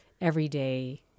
everyday